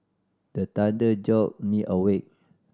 the thunder jolt me awake